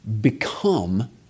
become